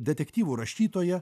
detektyvų rašytoja